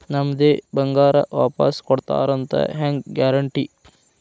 ನಮ್ಮದೇ ಬಂಗಾರ ವಾಪಸ್ ಕೊಡ್ತಾರಂತ ಹೆಂಗ್ ಗ್ಯಾರಂಟಿ?